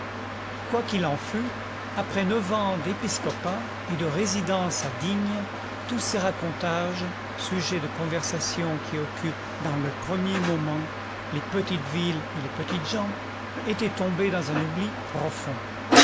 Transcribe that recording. qu'il en fût après neuf ans d'épiscopat et de résidence à digne tous ces racontages sujets de conversation qui occupent dans le premier moment les petites villes et les petites gens étaient tombés dans un oubli profond